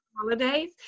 holidays